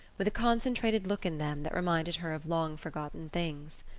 with a concentrated look in them that reminded her of long-forgotten things.